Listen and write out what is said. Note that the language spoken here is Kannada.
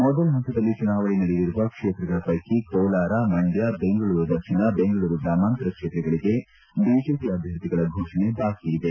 ಮೊದಲ ಪಂತದಲ್ಲಿ ಚುನಾವಣೆ ನಡೆಯಲಿರುವ ಕ್ಷೇತ್ರಗಳ ಪೈಕಿ ಕೋಲಾರ ಮಂಡ್ಕ ಬೆಂಗಳೂರು ದಕ್ಷಿಣ ಬೆಂಗಳೂರು ಗ್ರಾಮಾಂತರ ಕ್ಷೇತ್ರಗಳಿಗೆ ಬಿಜೆಪಿ ಅಭ್ಯರ್ಥಿಗಳ ಘೋಷಣೆ ಬಾಕಿ ಇದೆ